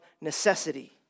necessity